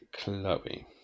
Chloe